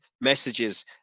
messages